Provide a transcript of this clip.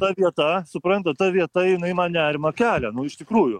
ta vieta suprantat ta vieta jinai man nerimą kelia nu iš tikrųjų